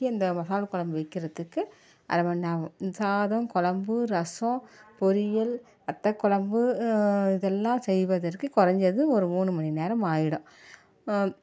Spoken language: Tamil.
அந்த மசால் குழம்பு வைக்கறதுக்கு அரை மணி நேரம் ஆகும் சாதம் குழம்பு ரசம் பொரியல் வத்தக் குழம்பு இதெல்லாம் செய்வதற்கு குறைஞ்சது ஒரு மூணு மணி நேரம் ஆகிடும்